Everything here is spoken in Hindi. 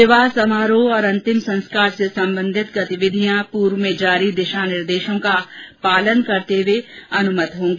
विवाह समारोह और अंतिम संस्कार से सम्बन्धित गतिविधियां पूर्व में जारी दिशा निर्देशों का पालन करते हुए अनुमति होगी